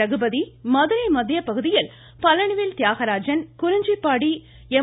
ரகுபதி மதுரை மத்திய பகுதியில் பழனிவேல் தியாகராஜன் குறிஞ்சிபாடி எம்